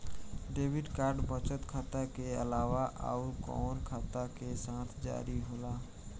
Debit card बचत खाता के अलावा अउरकवन खाता के साथ जारी होला?